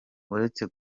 uretse